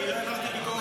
אני לא העברתי ביקורת,